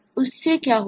उससे क्या होगा